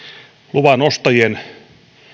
luvanostajien